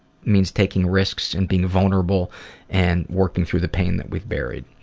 means taking risks and being vulnerable and working through the pain that we've buried.